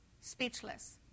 speechless